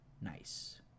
Nice